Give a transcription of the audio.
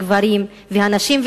הגברים והנשים.